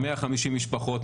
150 משפחות,